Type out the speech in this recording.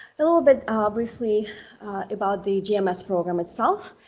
little bit ah briefly about the gms program itself,